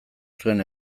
zuen